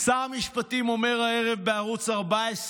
שר המשפטים אומר הערב בערוץ 14